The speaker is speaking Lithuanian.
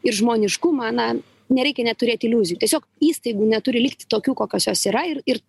ir žmoniškumą na nereikia neturėt iliuzijų tiesiog įstaigų neturi likti tokių kokios jos yra ir ir